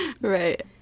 Right